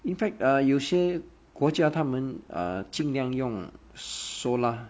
in fact err 有些国家他们 err 尽量用 solar